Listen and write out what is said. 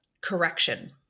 correction